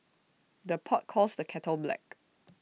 the pot calls the kettle black